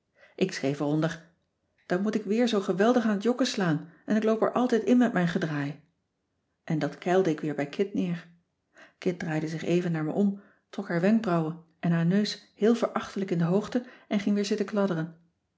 ik schreef eronder dan moet ik weer zoo geweldig aan t jokken slaan en ik loop er altijd in met mijn gedraai en dat keilde ik weer bij kit neer kit draaide zich even naar me om trok haar wenkbrouwen en haar neus heel verachtelijk in de hoogte en ging weer zitten